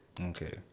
okay